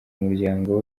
muryango